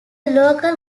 local